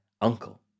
uncle